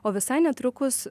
o visai netrukus